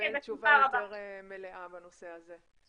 לקבל תשובה יותר מלאה בנושא הזה.